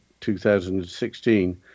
2016